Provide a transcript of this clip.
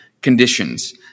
conditions